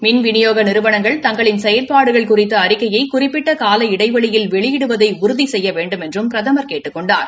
மின் விநியோக நிறுவனங்கள் தங்களின் செயல்பாடுகள் குறித்த அறிக்கையை குறிப்பிட்ட கால இடைவெளியில் வெளியிடுவதை உறுதி செய்ய வேண்டுமென்றும பிரதமர் கேட்டுக் கொண்டார்